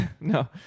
no